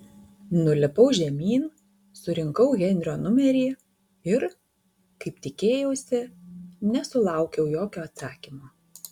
nulipau žemyn surinkau henrio numerį ir kaip tikėjausi nesulaukiau jokio atsakymo